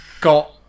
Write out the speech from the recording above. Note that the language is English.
got